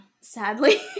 sadly